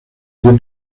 dio